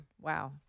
Wow